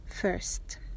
first